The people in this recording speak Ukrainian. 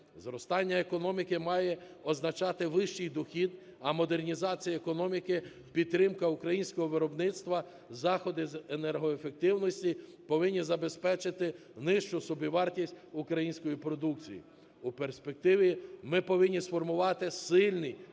Зростання економіки має означати вищий дохід, а модернізація економіки, підтримка українського виробництва, заходи з енергоефективності повинні забезпечити нижчу собівартість української продукції. У перспективі ми повинні сформувати сильний клас